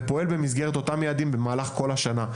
ופועל במסגרתם במהלך כל השנה.